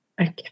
Okay